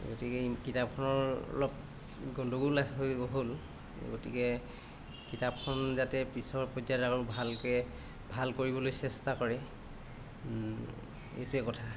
গতিকে কিতাপখনৰ অলপ গণ্ডগোল আছে হৈ গ'ল গতিকে কিতাপখন যাতে পিছৰ পৰ্যায়ত আৰু ভালকৈ ভাল কৰিবলৈ চেষ্টা কৰে এইটোৱে কথা